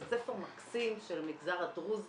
זה בית ספר מקסים של המגזר הדרוזי,